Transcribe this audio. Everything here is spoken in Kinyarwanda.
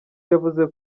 yavuze